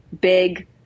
big